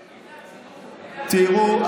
תראו,